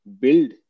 build